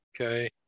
okay